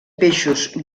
peixos